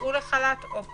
הוצאו לחל"ת או פוטרו.